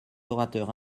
orateurs